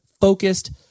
focused